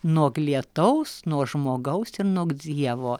nuog lietaus nuo žmogaus ir nuog dzievo